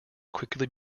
quickly